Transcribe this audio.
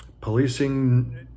Policing